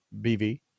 BV